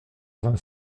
vingt